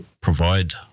provide